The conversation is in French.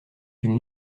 une